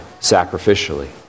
sacrificially